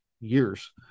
years